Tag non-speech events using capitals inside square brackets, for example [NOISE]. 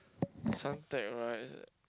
[NOISE] Suntec right